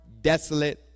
desolate